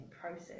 process